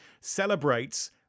celebrates